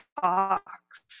talks